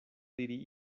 diri